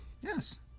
Yes